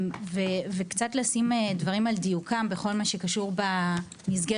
וקצת לשים דברים על דיוקם בכל מה שקשור במסגרת